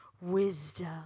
wisdom